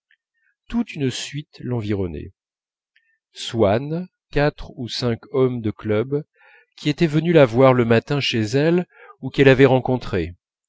toute une suite l'environnait swann quatre ou cinq hommes de club qui étaient venus la voir le matin chez elle ou qu'elle avait rencontrés